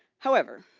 however,